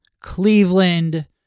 Cleveland